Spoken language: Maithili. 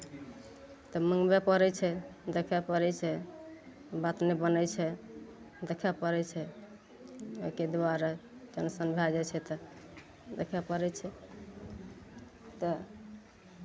तऽ मङ्गबय पड़ै छै देखय पड़ै छै बात नहि बनै छै देखय पड़ै छै एहिके दुआरे टेन्शन भए जाइ छै तऽ देखय पड़ै छै तऽ